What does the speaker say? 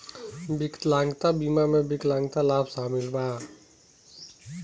विकलांगता बीमा में विकलांगता लाभ शामिल बा